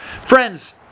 Friends